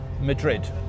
Madrid